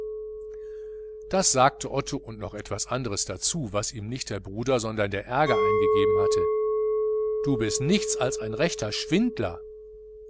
das sagte otto und noch etwas dazu was ihm nicht der bruder sondern der ärger eingegeben hatte du bist nichts als ein rechter schwindler